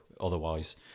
otherwise